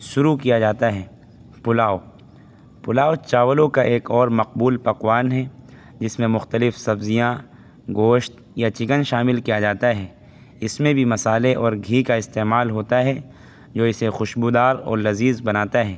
شروع کیا جاتا ہیں پلاؤ پلاؤ چاولوں کا ایک اور مقبول پکوان ہے جس میں مختلف سبزیاں گوشت یا چکن شامل کیا جاتا ہے اس میں بھی مصالحے اور گھی کا استعمال ہوتا ہے جو اسے خوشبودار اور لذیذ بناتا ہے